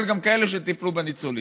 כולל גם כאלה שטיפלו בניצולים.